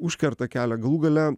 užkerta kelią galų gale